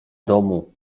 domu